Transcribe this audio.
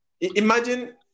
Imagine